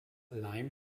lime